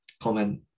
comment